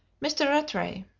mr. rattray.